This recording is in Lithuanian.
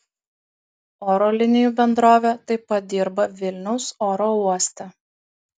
oro linijų bendrovė taip pat dirba vilniaus oro uoste